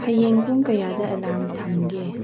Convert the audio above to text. ꯍꯌꯦꯡ ꯄꯨꯡ ꯀꯌꯥꯗ ꯑꯦꯂꯥꯔꯝ ꯊꯝꯒꯦ